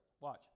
Watch